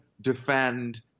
defend